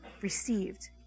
received